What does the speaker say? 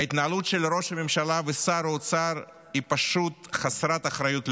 ההתנהלות של ראש הממשלה ושר האוצר היא פשוט חסרת אחריות לאומית.